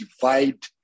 divide